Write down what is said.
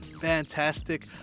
fantastic